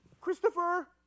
Christopher